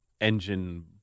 engine